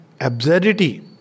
absurdity